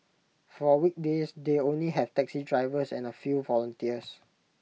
for weekdays they only have taxi drivers and A few volunteers